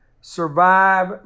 Survive